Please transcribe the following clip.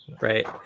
Right